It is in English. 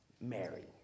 Mary